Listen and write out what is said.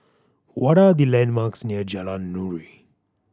what are the landmarks near Jalan Nuri